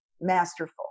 Masterful